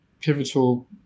pivotal